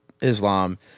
Islam